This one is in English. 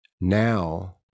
now